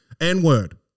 N-word